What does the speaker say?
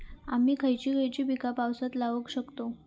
आम्ही खयची खयची पीका पावसात लावक शकतु?